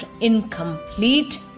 incomplete